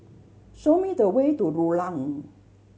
show me the way to Rulang